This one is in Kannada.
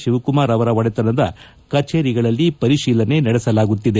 ಶಿವಕುಮಾರ್ ಅವರ ಒಡೆತನದ ಕಚೇರಿಗಳಲ್ಲಿಯೂ ಪರಿಶೀಲನೆ ನಡೆಸಲಾಗುತ್ತಿದೆ